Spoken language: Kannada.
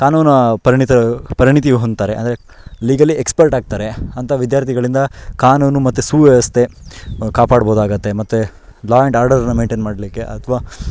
ಕಾನೂನು ಪರಿಣಿತರ ಪರಿಣಿತಿ ಹೊಂದ್ತಾರೆ ಅಂದರೆ ಲೀಗಲಿ ಎಕ್ಸ್ಪರ್ಟ್ ಆಗ್ತಾರೆ ಅಂಥ ವಿದ್ಯಾರ್ಥಿಗಳಿಂದ ಕಾನೂನು ಮತ್ತು ಸುವ್ಯವಸ್ಥೆ ಕಾಪಾಡ್ಬೋದಾಗುತ್ತೆ ಮತ್ತು ಲಾ ಅಂಡ್ ಆರ್ಡರ್ನ ಮೇಂಟೈನ್ ಮಾಡಲಿಕ್ಕೆ ಅಥ್ವಾ